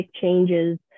changes